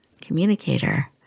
communicator